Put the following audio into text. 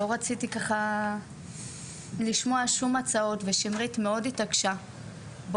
לא רציתי לשמוע שום הצעות ושמרית מאוד התעקשה שנצטרף